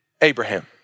Abraham